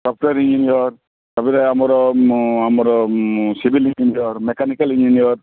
doctor engineer ତାପରେ ଆମର ଆମର ସିଭିଲ୍ ଇଞ୍ଜିନିୟର୍ ମେକାନିକାଲ୍ ଇଞ୍ଜିନିୟର୍